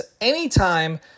anytime